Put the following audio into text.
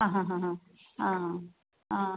ആ ഹാ ഹാ ഹാ ആ ആ